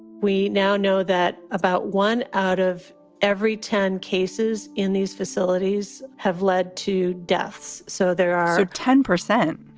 we now know that about one out of every ten cases in these facilities have led to deaths so there are ten percent.